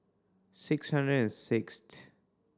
six hundred and six